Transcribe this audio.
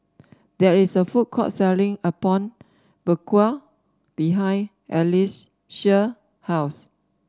there is a food court selling Apom Berkuah behind Alcie's house